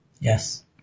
Yes